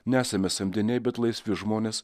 nesame samdiniai bet laisvi žmonės